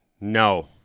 No